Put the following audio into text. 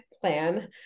plan